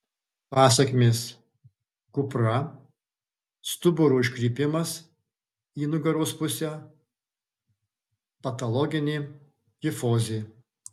pasekmės kupra stuburo iškrypimas į nugaros pusę patologinė kifozė